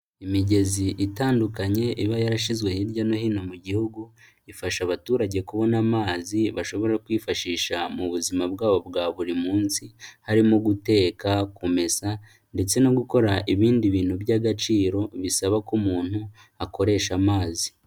Imigezi itandukanye iba yarashyizwe hirya no hino mu gihugu, ifasha abaturage kubona amazi bashobora kwifashisha mu buzima bwabo bwa buri munsi, harimo guteka, kumesa ndetse no gukora ibindi bintu by'agaciro, bisaba ko umuntu akoresha amazi.